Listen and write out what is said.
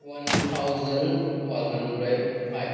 one thousand one hundred five